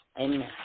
Amen